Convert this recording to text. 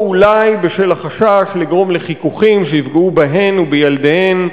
או אולי בשל החשש לגרום לחיכוכים שיפגעו בהן ובילדיהן,